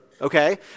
okay